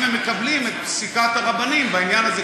אם הם מקבלים את פסיקת הרבנים בעניין הזה,